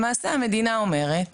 למעשה המדינה אומרת